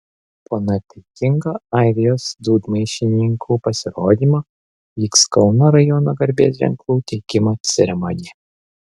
po nuotaikingo airijos dūdmaišininkų pasirodymo vyks kauno rajono garbės ženklų teikimo ceremonija